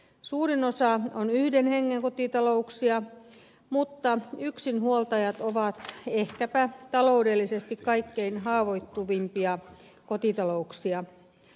suurin osa on yhden hengen kotitalouksia mutta yksinhuoltajat ovat ehkäpä taloudellisesti kaikkein haavoittuvimpia kotitalouksia